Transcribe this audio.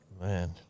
man